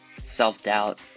self-doubt